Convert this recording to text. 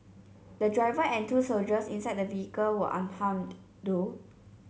the driver and two soldiers inside the vehicle were unharmed though